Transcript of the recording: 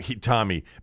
Tommy